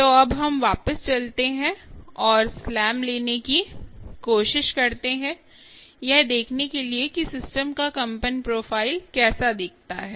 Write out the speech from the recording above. तो अब हम वापस चलते हैं और स्लैम लेने की कोशिश करते हैं यह देखने के लिए कि सिस्टम का कंपन प्रोफ़ाइल कैसा दिखता है